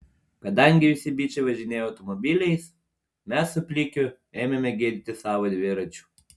kadangi visi bičai važinėjo automobiliais mes su plikiu ėmėme gėdytis savo dviračių